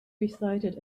recited